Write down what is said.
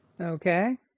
Okay